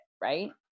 right